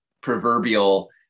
proverbial